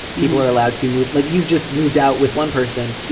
people are allowed to move. like you just moved out with one person.